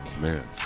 man